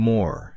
More